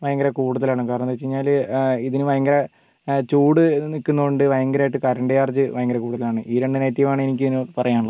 ഭയങ്കര കൂടുതലാണ് കാരണം എന്ന് വെച്ച് കഴിഞ്ഞാൽ ഇതിന് ഭയങ്കര ചൂട് നിൽക്കുന്നത് കൊണ്ട് ഭയങ്കരമായിട്ട് കറൻറ്റ് ചാർജ് ഭയങ്കര കൂടുതലാണ് ഈ രണ്ട് നെഗറ്റീവ് ആണ് എനിക്ക് ഇതിന് പറയാൻ ഉള്ളത്